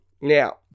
now